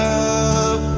up